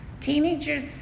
Teenagers